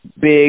big